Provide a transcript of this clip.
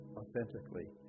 authentically